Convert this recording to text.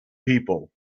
people